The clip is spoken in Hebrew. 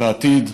בעתיד,